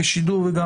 כדי